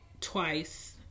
twice